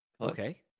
okay